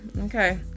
okay